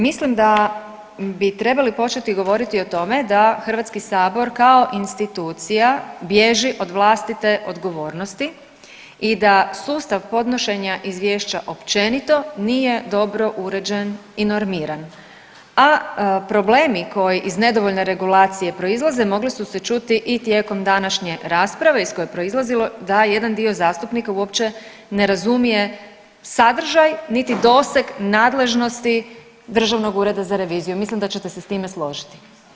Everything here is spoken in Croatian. Mislim da bi trebali početi govoriti o tome da HS kao institucija bježi od vlastite odgovornosti i da sustav podnošenja izvješća općenito nije dobro uređen i normiran, a problemi koji iz nedovoljne regulacije proizlaze, mogli su se čuti i tijekom današnje rasprave iz koje je proizlazilo da je jedan dio zastupnika uopće ne razumije sadržaj niti doseg nadležnosti Državnog ureda za reviziju, mislim da ćete se s time složiti.